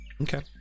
Okay